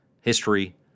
History